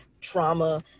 Trauma